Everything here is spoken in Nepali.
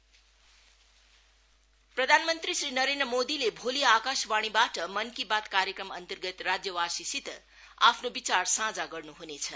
मन की बात प्रधानमंत्री श्री नरेन्द्र मोदीले भोलि आकाशवाणीबाट मनकी बात कार्यक्रम अन्तर्गत राज्यवासीसित आफ्नो विचार साझा गर्नु ह्नेछ